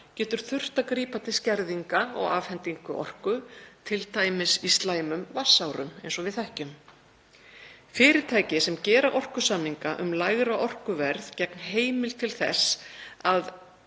getur þurft að grípa til skerðinga á afhendingu orku, t.d. í slæmum vatnsárum, eins og við þekkjum. Fyrirtæki sem gera orkusamninga um lægra orkuverð gegn heimild til þess að